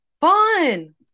fun